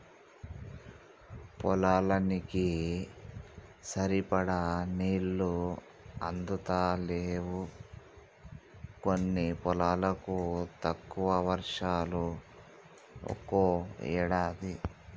పొలానికి సరిపడా నీళ్లు అందుతలేవు కొన్ని పొలాలకు, తక్కువ వర్షాలు ఒక్కో ఏడాది